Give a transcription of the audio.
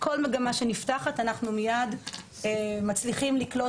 כל מגמה שנפתחת אנחנו מיד מצליחים לקלוט